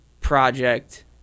project